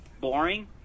boring